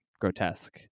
grotesque